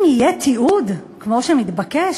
אם יהיה תיעוד, כמו שמתבקש,